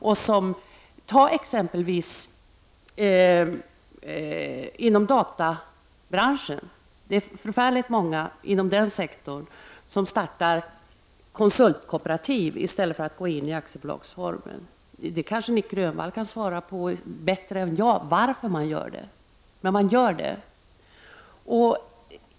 Inom t.ex. databranschen är det oerhört många som startar konsultkooperativ i stället för att gå in i aktiebolagsform. Nic Grönvall kanske bättre än jag kan svara på varför man föredrar kooperativ form, men så är det.